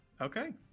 Okay